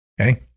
Okay